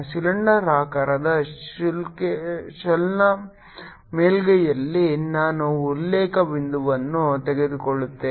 ಸಿಲಿಂಡರಾಕಾರದ ಶೆಲ್ನ ಮೇಲ್ಮೈಯಲ್ಲಿ ನಾನು ಉಲ್ಲೇಖ ಬಿಂದುವನ್ನು ತೆಗೆದುಕೊಳ್ಳುತ್ತೇನೆ